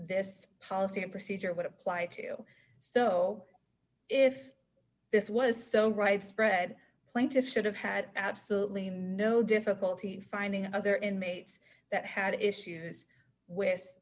this policy and procedure would apply to so if this was so right spread plaintiffs should have had absolutely no difficulty finding other inmates that had issues with